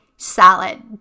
salad